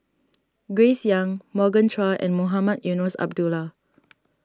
Grace Young Morgan Chua and Mohamed Eunos Abdullah